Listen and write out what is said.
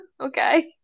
okay